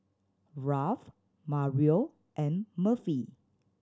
Ralph Mario and Murphy